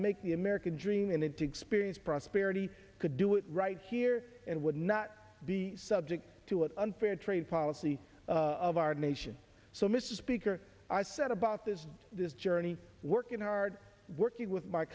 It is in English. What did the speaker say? make the american dream and to experience prosperity could do it right here and would not be subject to an unfair trade policy of our nation so mr speaker i set about this this journey working hard working with my